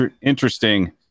interesting